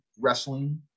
wrestling